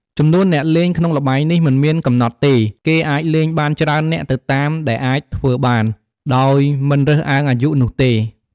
ចំនួនអ្នកលេងក្នុងល្បែងនេះមិនមានកំណត់ទេ គេអាចលេងបានច្រើននាក់ទៅតាមដែលអាចធ្វើបាន ដោយមិនរើសអើងអាយុនោះទេ។